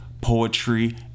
poetry